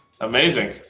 Amazing